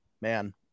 man